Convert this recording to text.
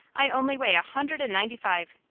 i only weigh a hundred and ninety-five.